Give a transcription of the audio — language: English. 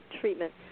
treatment